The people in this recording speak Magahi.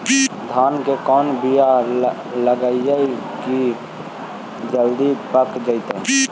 धान के कोन बियाह लगइबै की जल्दी पक जितै?